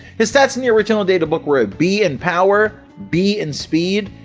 his stats in the original databook were a b in power, b in speed,